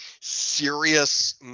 serious